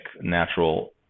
natural